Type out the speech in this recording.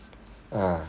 ah